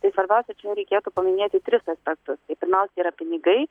tai svarbiausia čia reikėtų paminėti tris aspektus pirmiausia yra pinigai